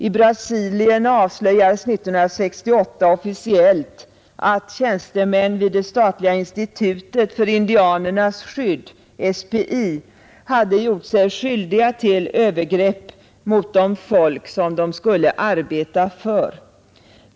I Brasilien avslöjades 1968 officiellt att tjänstemän vid det statliga institutet för indianernas skydd, SPI, hade gjort sig skyldiga till övergrepp mot det folk som de skulle arbeta för.